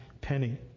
penny